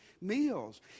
meals